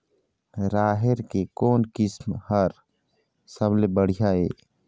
राहेर के कोन किस्म हर सबले बढ़िया ये?